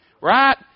Right